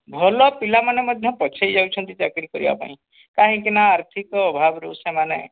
ଭଲ ପିଲାମାନେ ମଧ୍ୟ ପଛେଇ ଯାଉଛନ୍ତି ଚାକିରୀ କରିବାପାଇଁ କାହିଁକିନା ଆର୍ଥିକ ଅଭାବରୁ ସେମାନେ